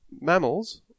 mammals